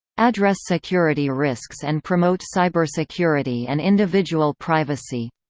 address security risks and promote cybersecurity and individual privacy